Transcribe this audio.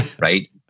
right